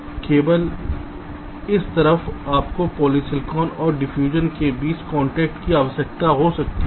तो केवल इस तरफ आपको पॉलीसिलिकॉन और डिफ्यूजन के बीच कांटेक्ट की आवश्यकता हो सकती है